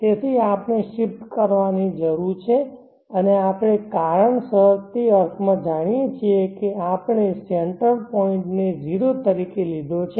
તેથી આપણે શિફ્ટ કરવાની જરૂર છે અને આપણે કારણસર તે અર્થમાં જાણીએ છીએ કે આપણે સેન્ટર પોઇન્ટને 0 તરીકે લીધો છે